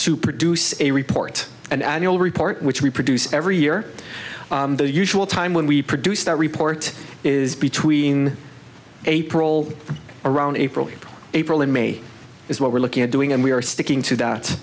to produce a report and you'll report which we produce every year the usual time when we produce that report is between april around april april and may is what we're looking at doing and we are sticking to